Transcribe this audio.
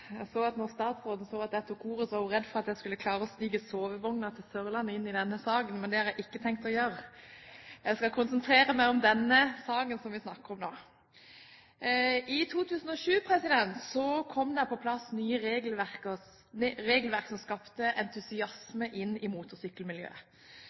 Jeg så at statsråden da hun så jeg skulle ta ordet, var redd for at jeg skulle klare å snike sovevogner til Sørlandet inn i denne saken, men det har jeg ikke tenkt å gjøre. Jeg skal konsentrere meg om den saken som vi snakker om nå. I 2007 kom det på plass et nytt regelverk som skapte